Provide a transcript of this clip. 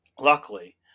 Luckily